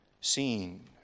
seen